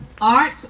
Art